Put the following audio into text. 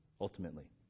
Ultimately